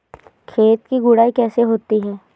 खेत की गुड़ाई कैसे होती हैं?